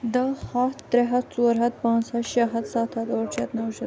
دٔہ ہَتھ ترٛےٚ ہَتھ ژوٗر ہَتھ پانٛژھ ہَتھ شےٚ ہَتھ سَتھ ہَتھ ٲٹھ شٮ۪تھ نَو شٮ۪تھ